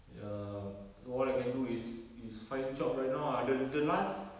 ya so all I can do is is find job right now ah the the last